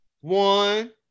one